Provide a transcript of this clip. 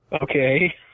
okay